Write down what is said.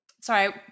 Sorry